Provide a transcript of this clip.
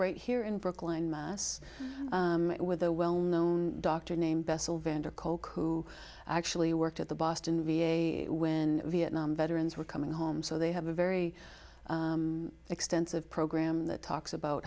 right here in brookline mass with a well known doctor named bessel van der kolk who actually worked at the boston v a when vietnam veterans were coming home so they have a very extensive program that talks about